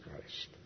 Christ